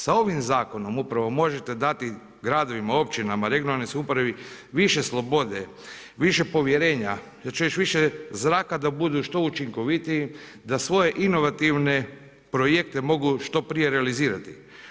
Sa ovim zakonom upravo možete dati gradovima, općinama, regionalnoj samoupravi više slobode, više povjerenja, ja ću reći više zraka da budu što učinkovitiji, da svoje inovativne projekte mogu što prije realizirati.